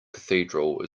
cathedral